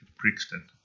Brixton